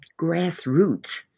grassroots